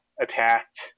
attacked